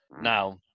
now